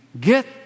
get